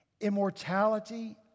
immortality